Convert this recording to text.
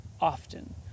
often